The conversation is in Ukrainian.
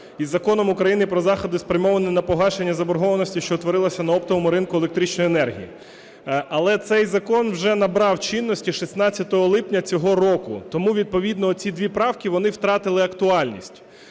із Законом України "Про заходи, спрямовані на погашення заборгованості, що утворилася на оптовому ринку електричної енергії". Але цей закон вже набрав чинності 16 липня цього року. Тому відповідно ці дві правки, вони втратили актуальність.